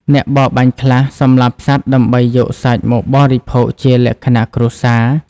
អ្នកបរបាញ់ខ្លះសម្លាប់សត្វដើម្បីយកសាច់មកបរិភោគជាលក្ខណៈគ្រួសារ។